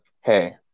Hey